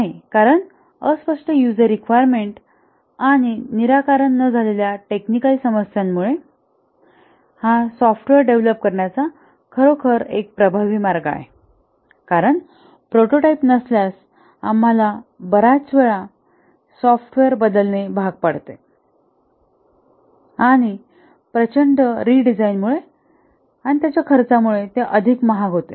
नाही कारण अस्पष्ट युजर रिक्वायरमेंट आणि निराकरण न झालेल्या टेक्निकल समस्यांमुळे हा सॉफ्टवेअर डेव्हलप करण्याचा खरोखरच एक प्रभावी मार्ग आहे कारण प्रोटोटाइप नसल्यास आम्हाला बर्याच वेळा सॉफ्टवेअर बदलणे भाग पडते आणि प्रचंड रिडिझाईन खर्चामुळे ते अधिक महाग होते